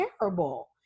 terrible